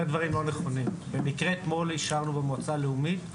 אני מדבר בכובע שלישי אחר במועצה הלאומית לספורט